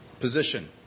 Position